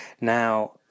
Now